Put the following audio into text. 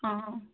অঁ